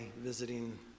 visiting